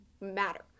matter